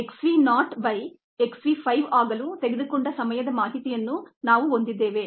x v not by x v 5 ಆಗಲು ತೆಗೆದುಕೊಂಡ ಸಮಯದ ಮಾಹಿತಿಯನ್ನು ನಾವು ಹೊಂದಿದ್ದೇವೆ